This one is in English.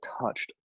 touched